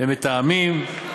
הם מתאמים.